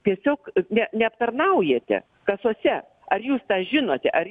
tiesiog ne neaptarnaujate kasose ar jūs tą žinote ar